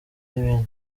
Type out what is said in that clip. n’ibindi